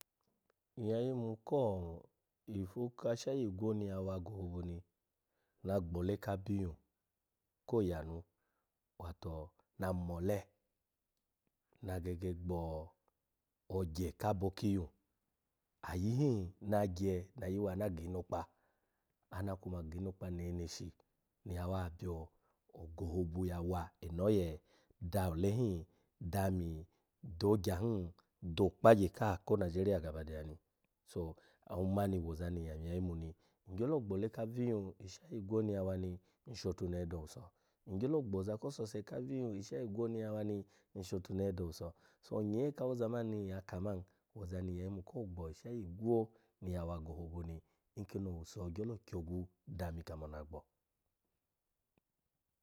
Nyya yimu ko gifu kashayi igwo ni gohobu ni na gbo ole ka abiyun ko yanu, wato na mole, na gege gbo ogye kabo kiyun ayi hin nagye, na yuwa na gi inokpa, ana kuma gi inokpa neneshi ni yawa byo ogohobu yawa eno oye da ole hin ami do ogya hin, do okpagye ka ko nigeria gabadeya ni. So omani woza ni nyya yimu ni. Ngyolo gbo ole ka abiyun ishayi igwo ni yawa ni, nshotunehe do owusu. Ngyolo gbo oza ko sose kabiyun ishayi igwoo ni yawa ni nshotunehe do owuso. So, nyee kawo oza mani ni nyya ka man, ozani nyya yimu ko gbo ishayi ni yawa gohobu nkini owuso gyolo dami kamo na gbo.